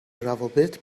روابط